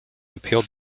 appealed